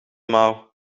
mouw